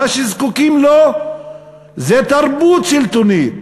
מה שזקוקים לו זה תרבות שלטונית,